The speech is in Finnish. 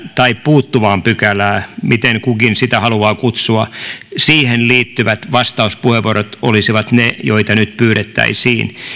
tai puuttuvaan pykälään miten kukin sitä haluaa kutsua liittyvät vastauspuheenvuorot olisivat ne joita nyt pyydettäisiin